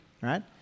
right